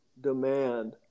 demand